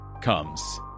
comes